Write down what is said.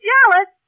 Jealous